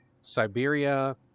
siberia